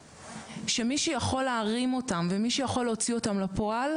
שמי שיכול להרים אותם ומי שיכול להוציא אותם לפועל,